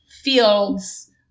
fields